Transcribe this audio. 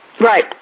Right